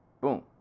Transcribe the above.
boom